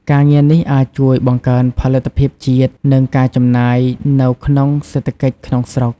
ការងារនេះអាចជួយបង្កើនផលិតភាពជាតិ និងការចំណាយនៅក្នុងសេដ្ឋកិច្ចក្នុងស្រុក។